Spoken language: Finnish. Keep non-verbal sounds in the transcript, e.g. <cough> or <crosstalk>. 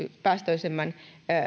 <unintelligible> vähäpäästöisemmän